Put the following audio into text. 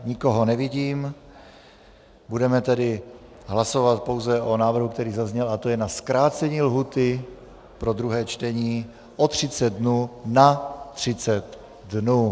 Nikoho nevidím, budeme tedy hlasovat pouze o návrhu, který zazněl, a to je na zkrácení lhůty pro druhé čtení o 30 dnů na 30 dnů.